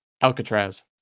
alcatraz